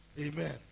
Amen